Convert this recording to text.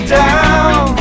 down